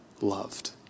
loved